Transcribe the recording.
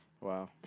Wow